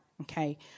okay